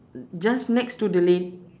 just next to the lad~